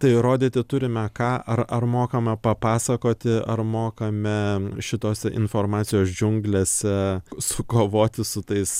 tai įrodyti turime ką ar ar mokame papasakoti ar mokame šitose informacijos džiunglėse sukovoti su tais